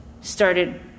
started